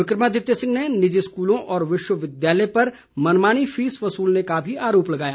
विक्रमादित्य सिंह ने निजी स्कूलों और विश्वविद्यालय द्वारा मनमानी फीस वसूलने का भी आरोप लगाया